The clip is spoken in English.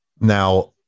Now